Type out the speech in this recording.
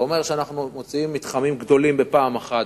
זה אומר שאנחנו מוציאים מתחמים גדולים בפעם אחת,